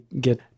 get